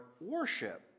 worship